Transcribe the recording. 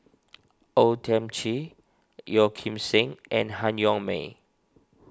O Thiam Chin Yeo Kim Seng and Han Yong May